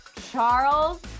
Charles